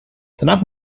danach